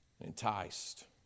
Enticed